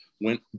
Went